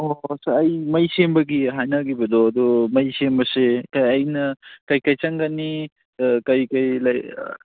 ꯑꯣ ꯑꯩ ꯃꯩ ꯁꯦꯝꯕꯒꯤ ꯍꯥꯏꯅꯒꯤꯕꯗꯣ ꯑꯗꯨ ꯃꯩ ꯁꯦꯝꯕꯁꯦ ꯑꯩꯅ ꯀꯩ ꯀꯩ ꯆꯪꯒꯅꯤ ꯀꯔꯤꯀꯔꯤ